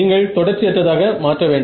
நீங்கள் தொடர்ச்சி அற்றதாக மாற்ற வேண்டும்